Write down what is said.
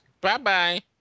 Bye-bye